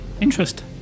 interest